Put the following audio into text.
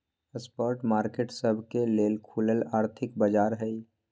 spot market सबके लेल खुलल आर्थिक बाजार हइ